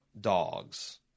dogs